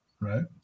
right